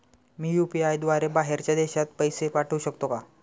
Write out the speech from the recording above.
मी UPI द्वारे बाहेरच्या देशात पैसे पाठवू शकतो का?